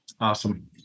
Awesome